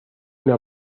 una